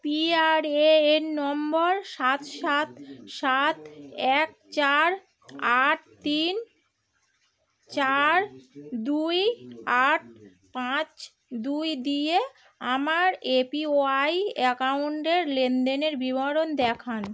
PRAN number সাত সাত সাত এক চার আট তিন চার দুই আট পাঁচ দুই দিয়ে আমার এপিওয়াই অ্যাকাউন্টের লেনদেনের বিবরণ দেখান